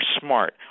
smart